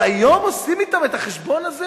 והיום עושים אתם את החשבון הזה